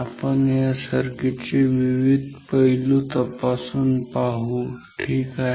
आपण या सर्किट चे विविध पैलू तपासून पाहू ठीक आहे